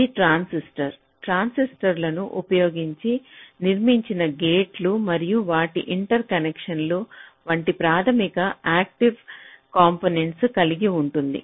ఇది ట్రాన్సిస్టర్లు ట్రాన్సిస్టర్లను ఉపయోగించి నిర్మించిన గేట్లు మరియు వాటి ఇంటర్కనెక్షన్ల వంటి ప్రాథమిక యాక్టివ్ కాంపోనెంట్స కలిగి ఉంటుంది